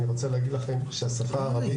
אני רוצה להגיד לכם שהשפה הערבית,